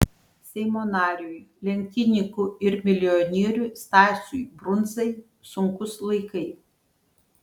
seimo nariui lenktynininkui ir milijonieriui stasiui brundzai sunkūs laikai